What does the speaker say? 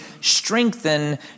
strengthen